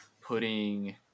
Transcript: putting